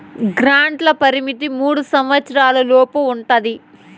గ్రాంట్ల పరిమితి మూడు సంవచ్చరాల లోపు ఉంటది